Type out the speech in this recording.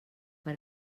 per